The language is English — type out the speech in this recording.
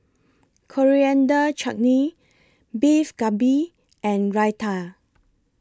Coriander Chutney Beef Galbi and Raita